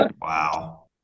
Wow